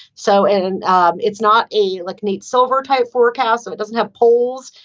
so and um it's not a look, nate silver type forecast. and it doesn't have polls.